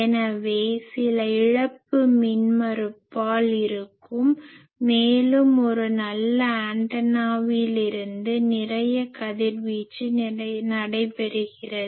எனவே சில இழப்பு மின்மறுப்பால் இருக்கும் மேலும் ஒரு நல்ல ஆண்டனாவிலிருந்து நிறைய கதிர்வீச்சு நடைபெறுகிறது